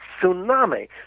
tsunami